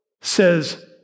says